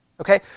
Okay